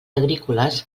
agrícoles